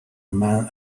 man